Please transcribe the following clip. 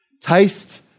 taste